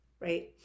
right